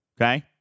Okay